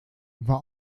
war